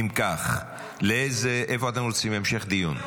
--- אם כך, איפה אתם רוצים המשך דיון?